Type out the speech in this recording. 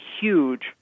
huge